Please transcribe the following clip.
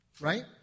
Right